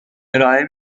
ارائه